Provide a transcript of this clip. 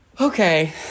Okay